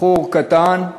בחור קטן,